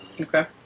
Okay